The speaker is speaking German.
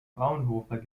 fraunhofer